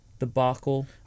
debacle